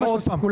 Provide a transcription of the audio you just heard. נכון.